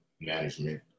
management